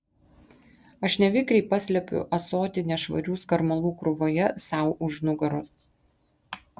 aš nevikriai paslepiu ąsotį nešvarių skarmalų krūvoje sau už nugaros